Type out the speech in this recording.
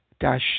dash